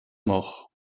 mort